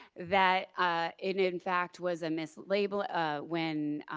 that ah in in fact was a mislabel ah when